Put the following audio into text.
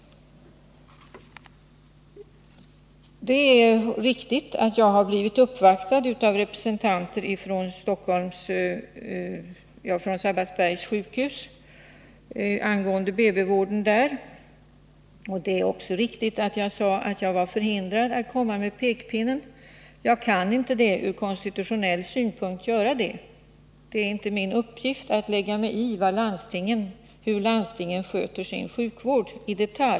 Det är riktigt att jag har blivit uppvaktad av representanter för Sabbatsbergs sjukhus angående BB-vården där. Det är också riktigt att jag sagt att jag är förhindrad att komma med några pekpinnar. Jag kan inte göra det av konstitutionella skäl. Det är inte min uppgift att i detalj lägga mig i hur landstingen sköter sin sjukvård.